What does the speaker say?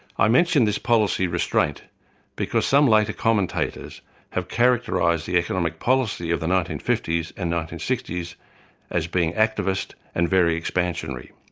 i mention this policy restraint because some later commentators have characterised the economic policy of the nineteen fifty s and nineteen sixty s as being activist and very expansionary.